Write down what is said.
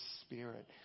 spirit